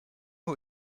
who